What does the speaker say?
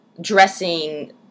dressing